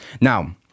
Now